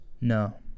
No